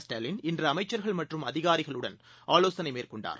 ஸ்டாலின் இன்றுஅமைச்சா்கள் மற்றும் அதிகாரிகளுடன் ஆலோசனைமேற்கொண்டார்